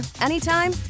anytime